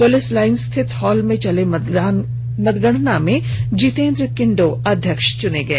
police line स्थित hall में चली मतगणना में जितेन्द्र किंडो अध्यक्ष चुने गए